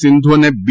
સિંધુ અને બી